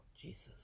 Jesus